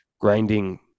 grinding